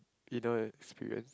inner experience